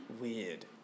Weird